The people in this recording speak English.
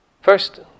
First